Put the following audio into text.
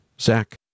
Zach